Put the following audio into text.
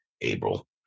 April